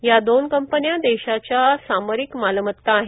या दोन कंपन्या देशाच्या सामरिक मालमता आहेत